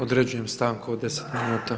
Određujem stanku od 10 minuta.